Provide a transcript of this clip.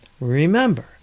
Remember